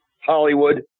Hollywood